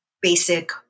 basic